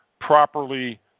properly